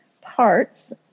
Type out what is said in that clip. parts